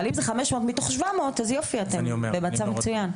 אבל אם זה 500 מתוך 700, אז יופי, אתם במצב מצוין.